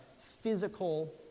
physical